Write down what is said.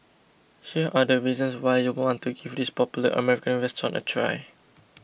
here are the reasons why you'd want to give this popular American restaurant a try